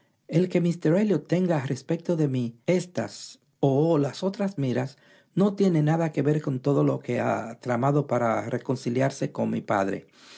el que míster elliot tenga respecto de mí éstas o las otras miras no tiene nada que ver con todo lo que ha tramado para reconciliarse con mi padre